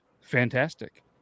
fantastic